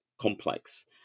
complex